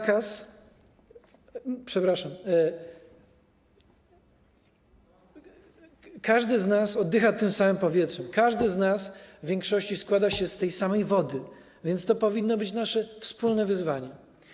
Każdy z nas oddycha tym samym powietrzem, każdy z nas w większości składa się z tej samej wody, więc to powinno być nasze wspólne wyzwanie.